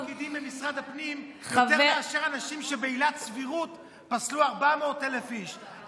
את רוצה תשובות או רוצה לקשקש?